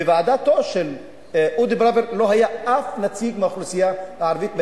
בוועדתו של אודי פראוור לא היה אף נציג מהאוכלוסייה הערבית בנגב,